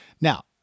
Now